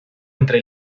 entre